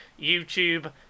YouTube